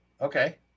Okay